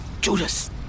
Judas